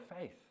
faith